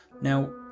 now